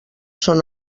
són